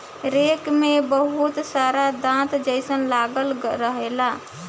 rake में बहुत सारा दांत जइसन लागल रहेला